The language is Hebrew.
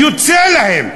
יוצא להם.